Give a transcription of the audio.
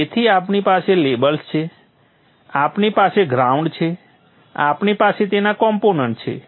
તેથી આપણી પાસે લેબલ્સ છે આપણી પાસે ગ્રાઉન્ડ છે આપણી પાસે તેના કોમ્પોનન્ટ્સ છે